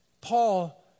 Paul